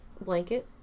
blanket